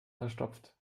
verstopft